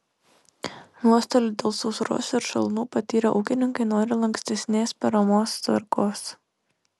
nuostolių dėl sausros ir šalnų patyrę ūkininkai nori lankstesnės paramos tvarkos